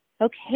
Okay